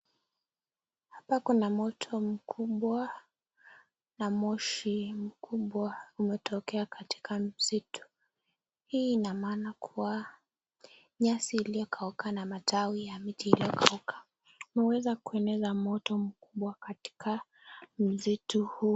Hapa kuna moto mkubwa na moshi mkubwa umetokea katika msitu hii ina maana kwamba nyasi iliyokauka na matawi ya miti iliyokauka huweza kueneza moto mkubwa katika msitu huu.